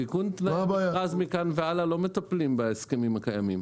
תיקון תנאי המכרז מכאן והלאה לא מטפלים בהסכמים הקיימים.